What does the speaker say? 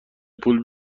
پول